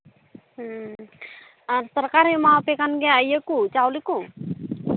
ᱦᱮᱸ ᱟᱨ ᱥᱚᱨᱠᱟᱨᱮ ᱮᱢᱟ ᱯᱮ ᱠᱟᱱ ᱜᱮᱭᱟ ᱤᱭᱟᱹ ᱠᱚ ᱪᱟᱣᱞᱮ ᱠᱚ